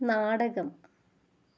നാടകം